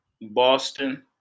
Boston